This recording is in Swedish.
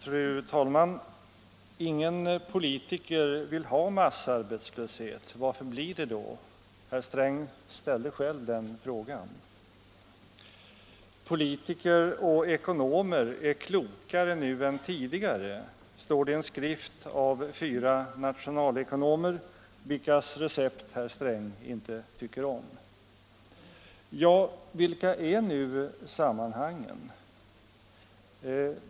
Fru talman! Ingen politiker vill ha massarbetslöshet. Varför blir det då massarbetslöshet? — Herr Sträng ställde själv den frågan. Politiker och ekonomer är klokare nu än tidigare, heter det i en skrift av fyra nationalekonomer, vilkas recept herr Sträng inte tycker om. Ja, vilka är nu sammanhangen?